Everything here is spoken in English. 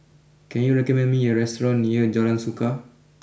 can you recommend me a restaurant near Jalan Suka